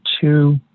two